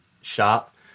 shop